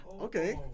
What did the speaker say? okay